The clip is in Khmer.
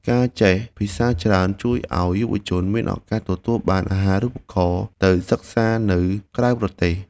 ការចេះភាសាច្រើនជួយឱ្យយុវជនមានឱកាសទទួលបានអាហារូបករណ៍ទៅសិក្សានៅក្រៅប្រទេស។